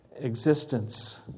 Existence